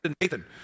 Nathan